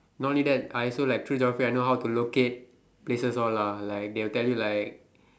not only that I also like through geography I know how to locate places all lah like they will tell you like